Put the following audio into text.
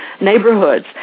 neighborhoods